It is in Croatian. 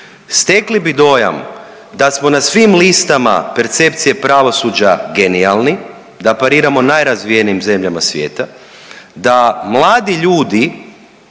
stekli bi dojam da smo na svim listama percepcije pravosuđa genijalni, da pariramo najrazvijenijim zemljama svijeta, da mladi ljudi